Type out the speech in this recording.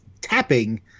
tapping